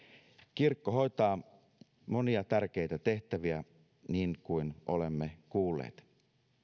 kirkko hoitaa monia tärkeitä tehtäviä niin kuin olemme kuulleet